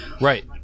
Right